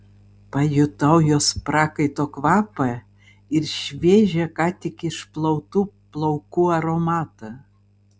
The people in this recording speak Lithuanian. pajutau jos prakaito kvapą ir šviežią ką tik išplautų plaukų aromatą